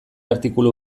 artikulu